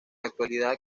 actualidad